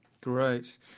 Great